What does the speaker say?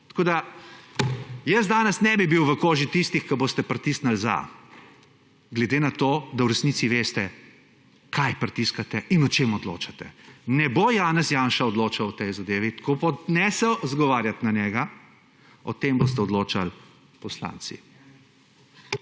Tako da jaz danes ne bi bil v koži tistih, ki boste pritisnili za, glede na to, da v resnici veste kaj pritiskate in o čem odločate. Ne bo Janez Janša odločal o tej zadevi, tako ne se izgovarjati na njega, o tem boste odločali poslanci.